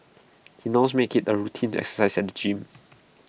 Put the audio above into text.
he now makes IT A routine to exercise at the gym